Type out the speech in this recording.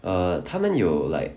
err 他们有 like